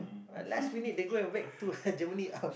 last minute they go and whack two Germany out